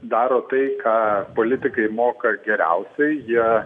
daro tai ką politikai moka geriausiai jie